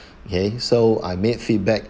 okay so I made feedback